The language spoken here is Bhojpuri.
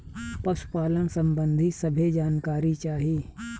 पशुपालन सबंधी सभे जानकारी चाही?